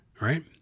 Right